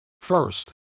First